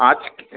আজকে